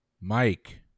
Mike